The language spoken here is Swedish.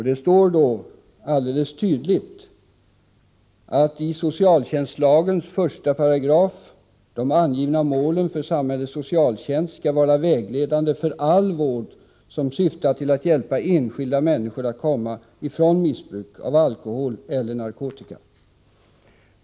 Det står helt tydligt: ”De i 1§ socialtjänstlagen angivna målen för samhällets socialtjänst skall vara vägledande för all vård som syftar till att hjälpa enskilda människor att komma ifrån missbruk av alkohol eller narkotika.